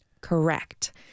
Correct